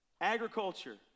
Agriculture